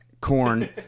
corn